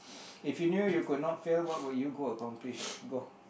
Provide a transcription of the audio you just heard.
if you knew you could not fail what will you go accomplish